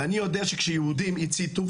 אני יודע שכשיהודים הציתו,